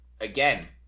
Again